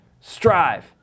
strive